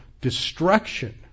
destruction